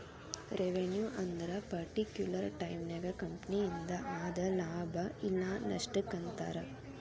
revenue ಅಂದ್ರ particular ಟೈಮನ್ಯಾಗ ಕಂಪನಿಯಿಂದ ಆದ ಲಾಭ ಇಲ್ಲ ನಷ್ಟಕ್ಕ ಅಂತಾರ